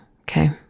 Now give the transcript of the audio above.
Okay